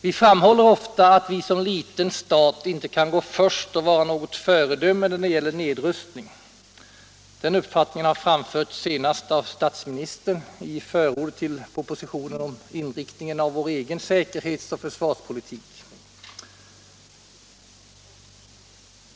Vi framhåller ofta att Sverige som liten stat inte kan gå först och vara något föredöme när det gäller nedrustning. Den uppfattningen har framförts senast av statsministern i förordet i propositionen om inriktningen av vår egen säkerhets och försvarspolitik.